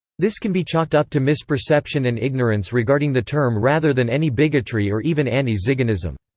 this can be chalked up to misperception and ignorance regarding the term rather than any bigotry or even anti-ziganism.